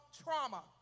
trauma